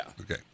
Okay